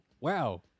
Wow